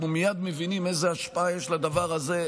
אנחנו מייד מבינים איזו השפעה יש לדבר הזה,